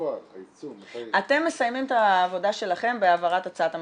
בפועל הייצוא -- אתם מסיימים את העבודה שלכם בהעברת הצעת המחליטים,